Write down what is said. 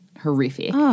horrific